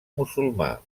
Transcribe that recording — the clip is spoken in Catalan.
musulmà